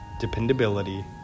dependability